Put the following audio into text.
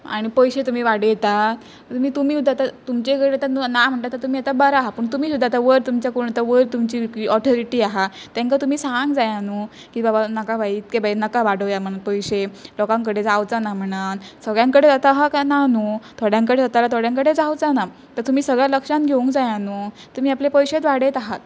आनी पयशे तुमी वाडयतात तुमी तुमी सुद्दां आतां तुमचे कडेन आतां ना म्हणटातां तुमी आतां बरां आहा पूण तुमी सुद्दां आतां वयर तुमच्या कोण आतां वयर तुमची कि ऑथोरिटी आहा तेंका तुमी सांगोंक जायां न्हू की बाबा नाका बाई इतके बाई नाका वाडोवया म्हण पयशे लोकांकडेन जावचां ना म्हणान सगळ्यांकडेन जाता आहा काय ना न्हू थोड्यांकडेन जातालां थोड्यांकडेन जावचां ना तर तुमी सगळ्यां लक्षान घेवंक जायां न्हू तुमी आपले पयशेच वाडयत आहात